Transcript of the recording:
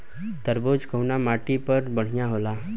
तरबूज कउन माटी पर बढ़ीया होला?